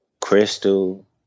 Crystal